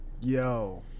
yo